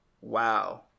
wow